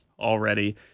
already